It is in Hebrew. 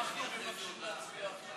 אנחנו מבקשים להצביע עכשיו.